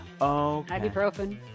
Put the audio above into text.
Ibuprofen